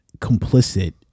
complicit